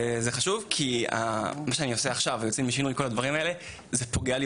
וזה חשוב כי מה שאני עושה עכשיו בארגון יוצאים לשינוי זה פוגע לי